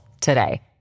today